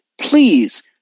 Please